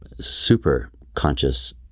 super-conscious